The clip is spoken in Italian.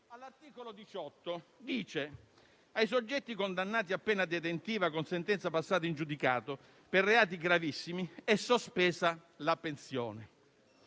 - prevede che ai soggetti condannati a pena detentiva con sentenza passata in giudicato per reati gravissimi sia sospesa la pensione.